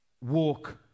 walk